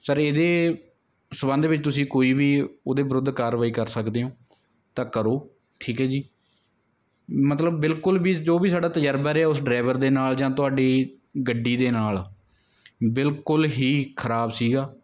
sir ਇਹਦੇ ਸੰਬੰਧ ਵਿੱਚ ਤੁਸੀਂ ਕੋਈ ਵੀ ਉਹਦੇ ਵਿਰੁੱਧ ਕਾਰਵਾਈ ਕਰ ਸਕਦੇ ਹੋ ਤਾਂ ਕਰੋ ਠੀਕ ਹੈ ਜੀ ਮਤਲਬ ਬਿਲਕੁਲ ਵੀ ਜੋ ਵੀ ਸਾਡਾ ਤਜਰਬਾ ਰਿਹਾ ਉਸ ਡਰਾਈਵਰ ਦੇ ਨਾਲ ਜਾਂ ਤੁਹਾਡੀ ਗੱਡੀ ਦੇ ਨਾਲ ਬਿਲਕੁਲ ਹੀ ਖ਼ਰਾਬ ਸੀਗਾ